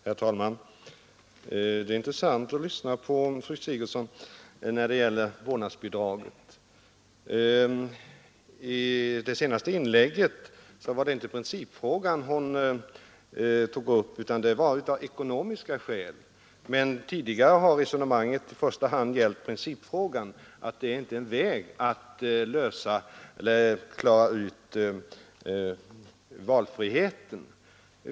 Herr talman! Detär intressant att lyssna på fru Sigurdsen när det gäller vårdnadsbidragen. I det senaste inlägget var det inte principfrågan hon tog upp utan den ekonomiska sidan. Tidigare har resonemanget i första hand gällt principfrågan — att detta inte skulle vara en väg att klara ut valfriheten.